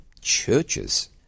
churches